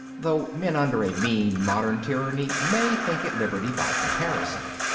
though men under a mean modern tyranny may think it liberty by comparison.